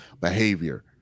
behavior